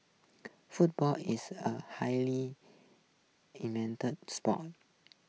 football is a highly sport